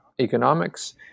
economics